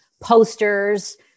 posters